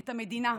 את המדינה,